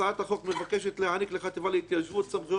מבקשת להעניק לחטיבה להתיישבות סמכויות ניהול,